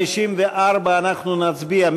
54, אנחנו נצביע.